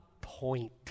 point